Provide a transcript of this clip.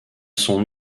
son